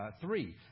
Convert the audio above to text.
three